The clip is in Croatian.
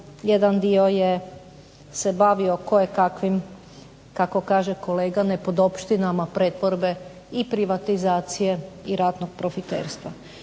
jedan dio je se bavio kojekakvim kako kaže kolega nepodopštinama pretvorbe i privatizacije i ratnog profiterstva.